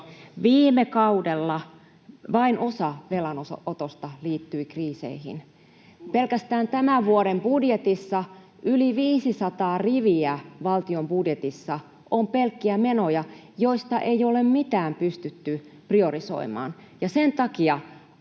Viime kaudella vain osa velanotosta liittyi kriiseihin. Pelkästään tämän vuoden valtion budjetissa yli 500 riviä on pelkkiä menoja, joista ei ole mitään pystytty priorisoimaan. Sen takia